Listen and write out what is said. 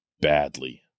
badly